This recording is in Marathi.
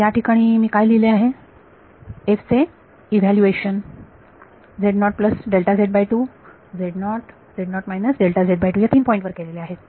तरी या ठिकाणी मी काय लिहिले आहे चे इव्हॅल्यूएशन या तीन पॉईंटवर केलेले आहे